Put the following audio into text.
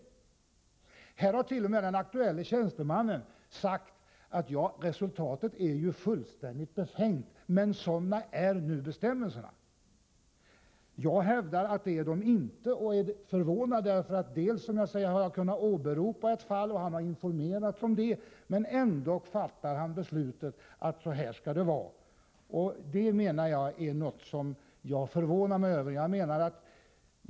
I detta fall har den aktuelle tjänstemannen t.o.m. sagt: Resultatet är ju fullständigt befängt, men sådana är nu bestämmelserna. Jag hävdar att de inte är det och är mycket förvånad. Jag har kunnat åberopa ett fall, och han har informerats om det, men ändå fattar han beslut på detta sätt. Det förvånar mig.